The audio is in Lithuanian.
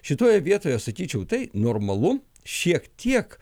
šitoje vietoje sakyčiau tai normalu šiek tiek